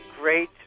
great